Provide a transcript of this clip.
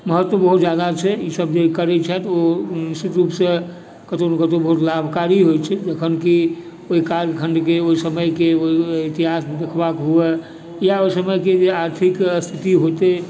महत्व बहुत जादा छै ई सब जे करै छथि ओ निश्चित रुपसँ कतौ ने कतौ बहुत लाभकारी होइ छै जखन कि ओइ कालखण्डके ओइ समयके इतिहास देखबाके हुवै या ओइ समयके जे आर्थिक स्थिति होइत अछि